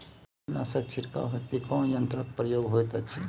कीटनासक छिड़काव हेतु केँ यंत्रक प्रयोग होइत अछि?